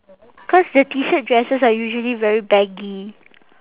cause the T shirt dresses are usually very baggy